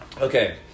Okay